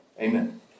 Amen